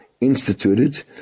instituted